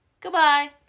Goodbye